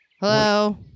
Hello